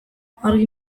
argi